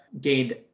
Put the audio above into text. gained